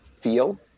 feel